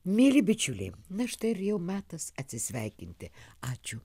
mieli bičiuliai na štai ir jau metas atsisveikinti ačiū